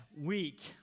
week